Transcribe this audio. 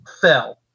fell